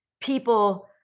people